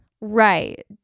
Right